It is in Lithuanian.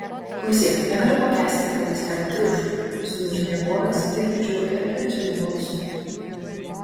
klausyk negaliu pakęsti kai valgis kelia triukšmą suniurzgė voras gergždžiu ir irzliu balsu